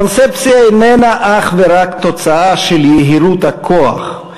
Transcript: קונספציה איננה אך ורק תוצאה של יהירות הכוח,